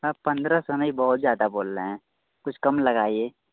हाँ पंद्रह सौ नहीं बहुत ज़्यादा बोल रहे हैं कुछ कम लगाइए